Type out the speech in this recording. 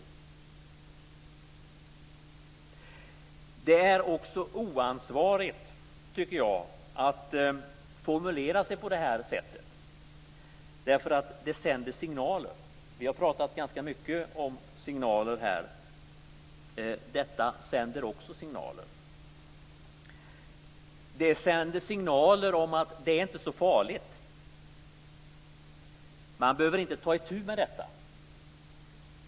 Jag tycker också att det är oansvarigt att uttrycka sig på det här sättet eftersom det sänder signaler. Vi har pratat ganska mycket om signaler här, och detta sänder också signaler. Det sänder signaler om att det inte är så farligt. Man behöver inte ta itu med detta.